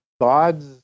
gods